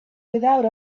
without